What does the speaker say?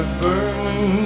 burning